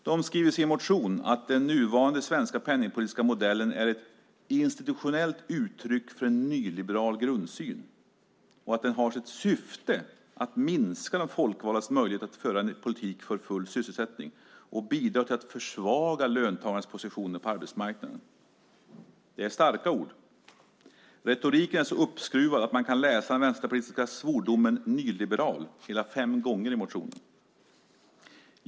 Man skriver i sin motion att den nuvarande svenska penningpolitiska modellen är ett "institutionellt uttryck för en nyliberal grundsyn" och att den har till syfte att "minska de folkvaldas möjligheter att föra en ekonomisk politik för full sysselsättning" och samtidigt bidrar till att försvaga löntagarnas positioner på arbetsmarknaden. Det är starka ord. Retoriken är så uppskruvad att man kan läsa den vänsterpartistiska svordomen "nyliberal" hela fem gånger i motionen.